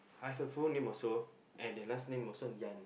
I have a full name also and the last name also Yan